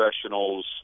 professionals